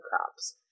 crops